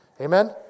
Amen